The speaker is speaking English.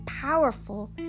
powerful